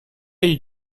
agli